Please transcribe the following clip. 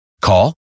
Call